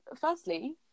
firstly